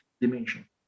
dimension